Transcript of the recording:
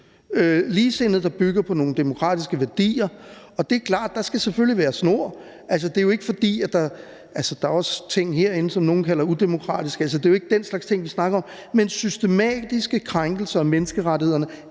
ligesindede, der bygger på nogle demokratiske værdier, og det er klart, at der selvfølgelig skal være noget snor. Der sker også ting herinde, som nogle kalder udemokratiske, men det er ikke den slags ting, vi snakker om. Men når der er tale om systematiske krænkelser af menneskerettighederne,